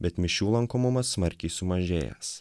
bet mišių lankomumas smarkiai sumažėjęs